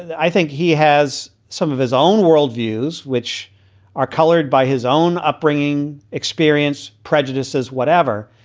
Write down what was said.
i think he has some of his own world views which are colored by his own upbringing, experience, prejudices, whatever.